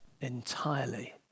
entirely